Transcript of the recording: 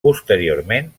posteriorment